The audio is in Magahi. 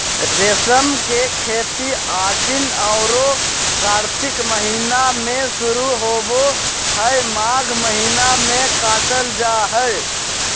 रेशम के खेती आशिन औरो कार्तिक महीना में शुरू होबे हइ, माघ महीना में काटल जा हइ